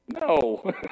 no